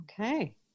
okay